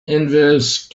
inverse